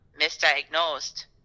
misdiagnosed